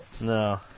No